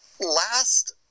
last